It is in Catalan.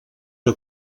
que